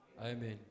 Amen